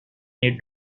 need